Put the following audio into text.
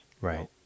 Right